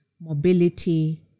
mobility